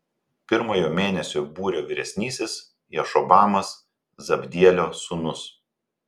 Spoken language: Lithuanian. pirmojo mėnesio būrio vyresnysis jašobamas zabdielio sūnus